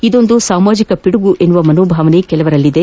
ಇದೊಂದು ಸಾಮಾಜಿಕ ಪಿಡುಗು ಎಂಬ ಮನೋಭಾವನೆ ಕೆಲವರಲ್ಲಿದೆ